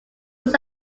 was